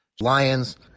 Lions